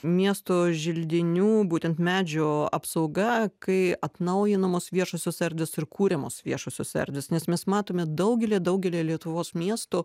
miesto želdinių būtent medžių apsauga kai atnaujinamos viešosios erdvės ir kuriamos viešosios erdvės nes mes matome daugelyje daugelyje lietuvos miestų